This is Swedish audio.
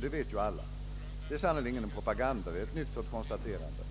det vet alla, det är sannerligen inte propaganda utan ett nyktert konstaterande.